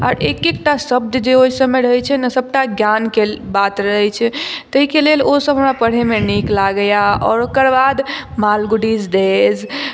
आर एक एक टा शब्द जे ओहि सब मे रहै छै ने सबटा ज्ञान के बात रहै छै ताहिके लेल ओ सब हमरा पढ़ै मे नीक लागैया आओर ओकर बाद मालगुडीज डे